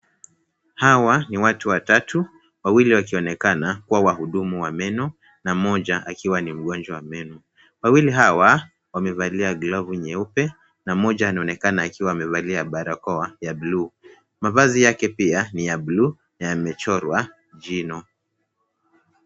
Hawa ni watu watatu, wawili wakionekana kuwa wahudumu wa meno na mmoja akionekana kuwa ni mgonjwa wa meno. Wawili hawa wamevalia glovu nyeupe na mmoja anaonekana akiwa amevalia barakoa ya buluu. mavazi yake pia ni ya buluu na yamechorwa jino.